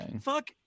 Fuck